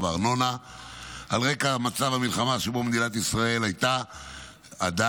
הארנונה לשנת 2024. על רקע מצב המלחמה שבו מדינת ישראל הייתה ועדיין,